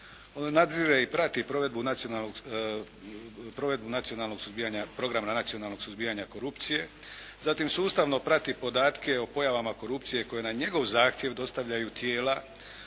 ono nadzire i prati provedbu programa nacionalnog suzbijanja korupcije, zatim sustavno prati podatke o pojavama korupcije koje je na njegov zahtjev dostavljaju tijela